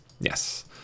yes